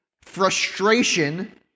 frustration